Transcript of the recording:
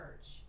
church